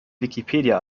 wikipedia